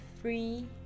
free